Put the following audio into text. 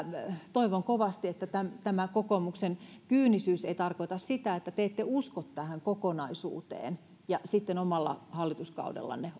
toivon kovasti että tämä kokoomuksen kyynisyys ei tarkoita sitä että te ette usko tähän kokonaisuuteen ja sitten omalla hallituskaudellanne